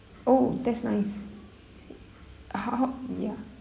oh that's nice ah ya